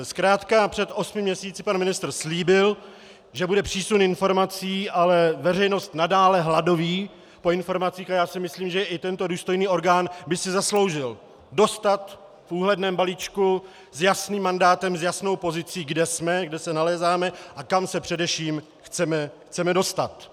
Zkrátka před osmi měsíci pan ministr slíbil, že bude přísun informací, ale veřejnost nadále hladoví po informacích a já si myslím, že i tento důstojný orgán by si zasloužil dostat v úhledném balíčku s jasným mandátem, s jasnou pozicí, kde jsme, kde se nalézáme a kam se především chceme dostat.